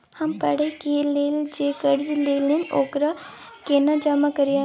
हम पढ़े के लेल जे कर्जा ललिये ओकरा केना जमा करिए?